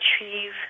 achieve